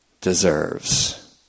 Deserves